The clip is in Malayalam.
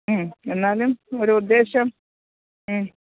ഉം എന്നാലും ഒരു ഉദ്ദേശം